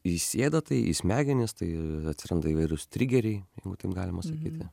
įsiėda tai į smegenis tai atsiranda įvairūs trigeriai jeigu taip galima sakyti